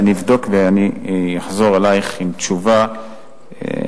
אני אבדוק ואני אחזור אלייך עם תשובה במסדרונות,